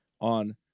on